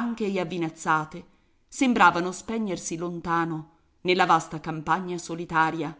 stanche e avvinazzate sembravano spegnersi lontano nella vasta campagna solitaria